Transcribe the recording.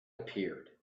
appeared